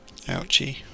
Ouchie